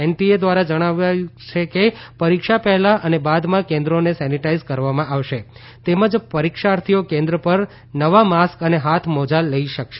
NTA ધ્વારા જણાવ્યું છે કે પરીક્ષા પહેલા અને બાદમાં કેન્દ્રોને સેનીટાઇઝ કરવામાં આવશે તેમજ પરીક્ષાર્થીઓ કેન્દ્ર પર નવા માસ્ક અને હાથ મોજા લઇ શકશે